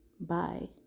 Bye